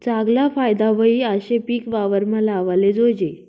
चागला फायदा व्हयी आशे पिक वावरमा लावाले जोयजे